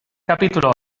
capítulo